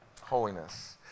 Holiness